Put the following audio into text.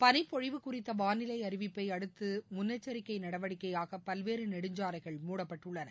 பனிப்பொழிவு குறித்த வானிலை அறிவிப்பை அடுத்து முன்னெச்சரிக்கை நடவடிக்கையாக பல்வேறு நெடுஞ்சாலைகள் மூடப்பட்டுள்ளன